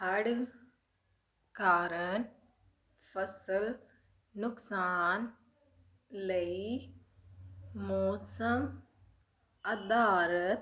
ਹੜ੍ਹ ਕਾਰਨ ਫਸਲ ਨੁਕਸਾਨ ਲਈ ਮੌਸਮ ਅਧਾਰਤ